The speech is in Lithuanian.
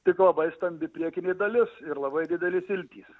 tik labai stambi priekinė dalis ir labai didelis iltys